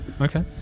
Okay